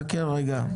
רגע.